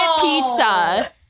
pizza